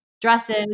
dresses